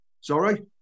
Sorry